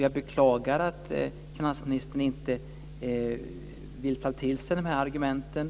Jag beklagar att finansministern inte vill ta till sig de här argumenten.